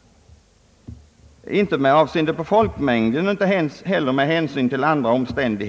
— varken med avseende på folkmängd eller i andra avseenden.